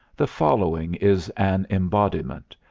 the following is an embodiment,